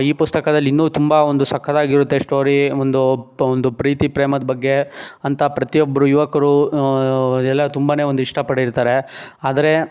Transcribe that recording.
ಈ ಪುಸ್ತಕದಲ್ಲಿ ಇನ್ನೂ ತುಂಬ ಒಂದು ಸಖತ್ತಾಗಿರುತ್ತೆ ಸ್ಟೋರೀ ಒಂದೂ ಒಂದು ಪ್ರೀತಿ ಪ್ರೇಮದ ಬಗ್ಗೆ ಅಂತ ಪ್ರತಿಯೊಬ್ರು ಯುವಕರು ಎಲ್ಲ ತುಂಬನೇ ಒಂದು ಇಷ್ಟಪಟ್ಟಿರ್ತಾರೆ ಆದರೆ